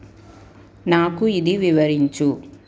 నాకు ఇది వివరించు